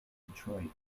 detroit